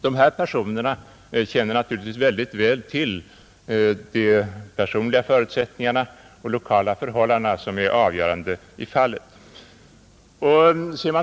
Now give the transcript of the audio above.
Dessa personer känner naturligtvis väldigt väl till de personliga förutsättningar och lokala förhållanden som är avgörande i fallet.